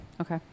Okay